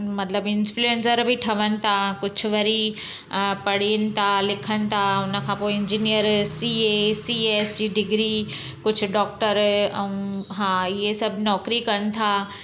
मतिलबु इन्फ्लुएंसर बि ठवनि था कुझु वरी पढ़ीनि था लिखनि था हुनखां पोइ engineer C A C S जी डिग्री कुझु डॉक्टर ऐं हा इहे सभु नौकरी कनि था